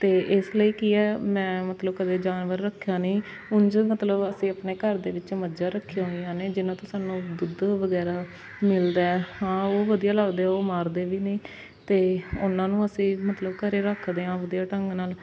ਅਤੇ ਇਸ ਲਈ ਕੀ ਹੈ ਮੈਂ ਮਤਲਬ ਕਦੇ ਜਾਨਵਰ ਰੱਖਿਆ ਨਹੀਂ ਹੁਣ ਜਦ ਮਤਲਬ ਅਸੀਂ ਆਪਣੇ ਘਰ ਦੇ ਵਿੱਚ ਮੱਝਾਂ ਰੱਖੀਆਂ ਹੋਈਆਂ ਨੇ ਜਿਨ੍ਹਾਂ ਤੋਂ ਸਾਨੂੰ ਦੁੱਧ ਵਗੈਰਾ ਮਿਲਦਾ ਹੈ ਹਾਂ ਉਹ ਵਧੀਆ ਲੱਗਦੇ ਉਹ ਮਾਰਦੇ ਵੀ ਨਹੀਂ ਅਤੇ ਉਹਨਾਂ ਨੂੰ ਅਸੀਂ ਮਤਲਬ ਘਰ ਰੱਖਦੇ ਹਾਂ ਵਧੀਆ ਢੰਗ ਨਾਲ